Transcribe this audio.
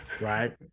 Right